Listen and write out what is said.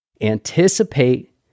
Anticipate